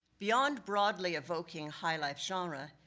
beyond broadly evoking high life genre,